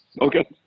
Okay